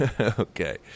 Okay